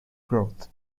growth